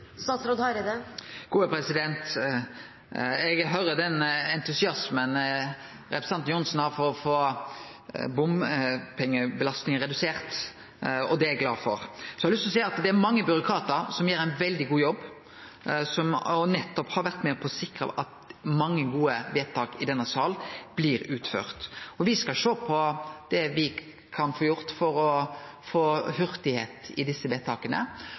entusiasmen representanten Johnsen har for å få bompengebelastninga redusert, og det er eg glad for. Så har eg lyst til å seie at det er mange byråkratar som gjer ein veldig god jobb, og som nettopp har vore med på å sikre at mange gode vedtak i denne salen blir utførte. Me skal sjå på kva me kan få gjort for å få hurtigheit i desse vedtaka.